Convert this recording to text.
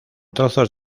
trozos